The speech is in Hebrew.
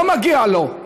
לא מגיע לו.